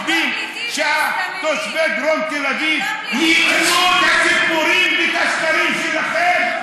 אתם חושבים שתושבי דרום תל אביב יקנו את הסיפורים ואת השקרים שלכם?